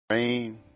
rain